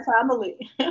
family